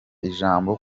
ijambo